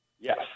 Yes